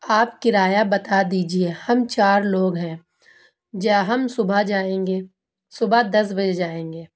آپ کرایہ بتا دیجیے ہم چار لوگ ہیں جہاں ہم صبح جائیں گے صبح دس بجے جائیں گے